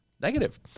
Negative